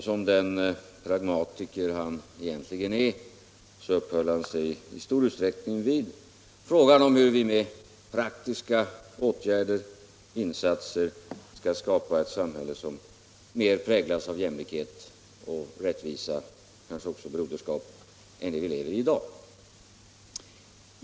Som den pragmatiker han egentligen är uppehöll han sig i stor utsträckning vid frågan om hur vi med praktiska insatser skall skapa ett samhälle som mer präglas av jämlikhet och rättvisa och kanske också broderskap än det vi lever i i dag.